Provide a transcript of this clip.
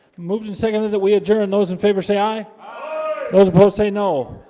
moved and seconded that we adjourn and those in favor say aye those opposed say no.